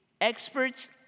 experts